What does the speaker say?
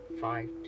five